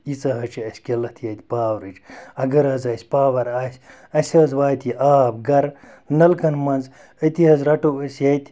ییٖژاہ حظ چھِ اَسہِ کِلَتھ ییٚتہِ پاورٕچ اَگر حظ اَسہِ پاوَر آسہِ اَسہِ حظ واتہِ یہِ آب گَرٕ نَلکَن منٛز أتی حظ رَٹو أسۍ ییٚتہِ